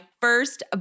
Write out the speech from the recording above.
first